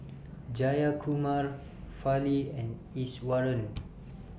Jayakumar Fali and Iswaran